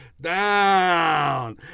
down